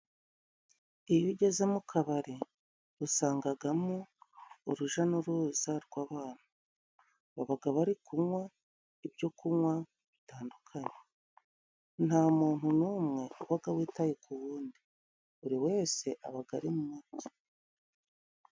Iyo ugeze mu kabari usangagamo uruja n'uruza rw'abantu, babaga bari kunywa ibyo kunywa bitandukanye, nta muntu n'umwe ubaga witaye ku wundi, buri wese abaga ari mu nzu.